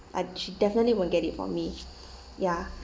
like she definitely won't get it for me ya